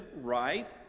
right